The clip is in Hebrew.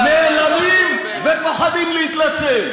תתנצלו.